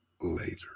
later